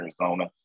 Arizona